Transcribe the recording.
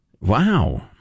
wow